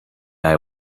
eye